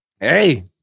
hey